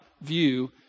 view